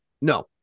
No